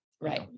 Right